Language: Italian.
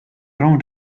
ron